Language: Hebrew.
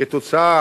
כתוצאה,